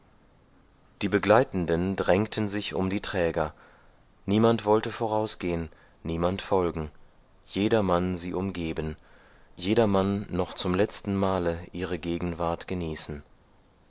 die begleitenden drängten sich um die träger niemand wollte vorausgehn niemand folgen jedermann sie umgeben jedermann noch zum letztenmale ihre gegenwart genießen